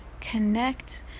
connect